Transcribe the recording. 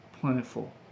plentiful